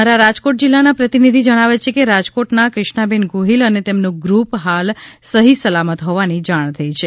અમારા રાજકોટ જીલ્લાના પ્રતિનિધિ જણાવે છે કે રાજકોટના ક્રિષ્નાબેન ગોહીલ અને તેમનું ગ્રુપ હાલ સફીસલામત હોવાની જાણ થઇ છે